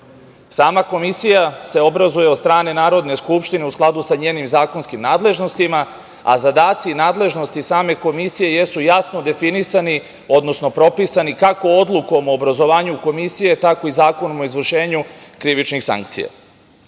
Sama komisija se obrazuje od strane Narodne skupštine u skladu sa njenim zakonskim nadležnostima, a zadaci i nadležnosti same komisije jesu jasno definisani, odnosno propisani kako Odlukom o obrazovanju komisije, tako i Zakonom o izvršenju krivičnih sankcija. Na